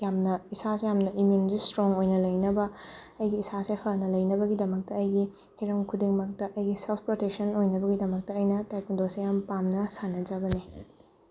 ꯌꯥꯝꯅ ꯏꯁꯥꯁꯦ ꯌꯥꯝꯅ ꯏꯃ꯭ꯌꯨꯟꯁꯦ ꯏꯁꯇꯔꯣꯡ ꯑꯣꯏꯅ ꯂꯩꯅꯕ ꯑꯩꯒꯤ ꯏꯁꯥꯁꯦ ꯐꯅ ꯂꯩꯅꯕꯒꯤꯗꯃꯛꯇ ꯑꯩꯒꯤ ꯍꯤꯔꯝ ꯈꯨꯗꯤꯡꯃꯛꯇ ꯑꯩꯒꯤ ꯁꯦꯜꯐ ꯄ꯭ꯔꯣꯇꯦꯛꯁꯟ ꯑꯣꯏꯅꯕꯒꯤꯗꯃꯛꯇ ꯑꯩꯅ ꯇꯥꯏꯀꯨꯟꯗꯣꯁꯦ ꯌꯥꯝꯅ ꯄꯥꯝꯅ ꯁꯥꯟꯅꯖꯕꯅꯦ